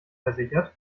versichert